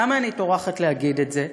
למה אני טורחת להגיד את זה?